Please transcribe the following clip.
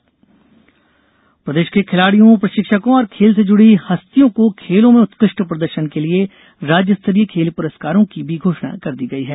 प्रदेश खेल पुरस्कार प्रदेश के खिलाड़ियों प्रशिक्षकों और खेल से जुड़ी हस्तियों को खेलों में उत्कृष्ट प्रदर्शन के लिए राज्य स्तरीय खेल पुरस्कारों की भी घोषणा कर दी गई है